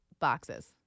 boxes